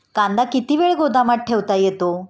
कांदा किती वेळ गोदामात ठेवता येतो?